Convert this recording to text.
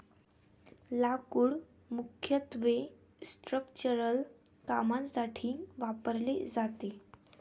लाकूड मुख्यत्वे स्ट्रक्चरल कामांसाठी वापरले जाते